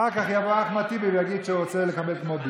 אחר כך יבוא אחמד טיבי ויגיד שהוא רוצה לקבל זמן כמו ביטון,